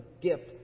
gift